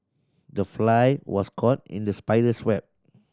the fly was caught in the spider's web